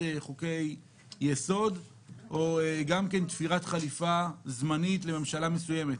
חוקי-יסוד או כתפירת חליפה זמנית לממשלה מסוימת?